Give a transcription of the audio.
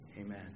Amen